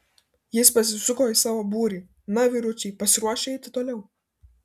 jis pasisuko į savo būrį na vyručiai pasiruošę eiti toliau